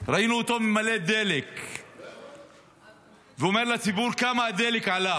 ראינו אותו ממלא דלק והוא אומר לציבור כמה הדלק עלה